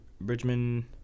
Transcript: Bridgman